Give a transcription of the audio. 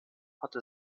hatte